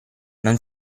non